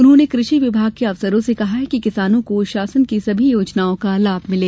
उन्होंने कृषि विभाग के अफसरों से कहा कि किसानों को शासन की सभी योजनाओं का लाभ मिले